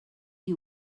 you